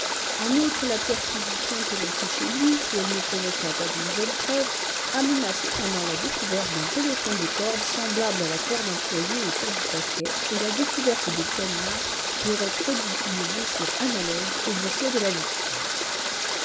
en outre la perquisition que l'on fit chez lui si elle ne provoqua pas de nouvelles preuves amena cependant la découverte d'un peloton de corde semblable à la corde employée autour du paquet et la découverte de poignards qui auraient produit une blessure analogue aux blessures de la victime